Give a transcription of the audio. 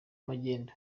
magendu